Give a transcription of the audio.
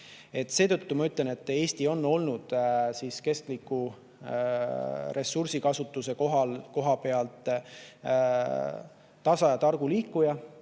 Seetõttu ma ütlen, et Eesti on olnud kestliku ressursikasutuse koha pealt tasa ja targu liikuja.